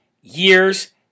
years